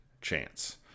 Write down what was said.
chance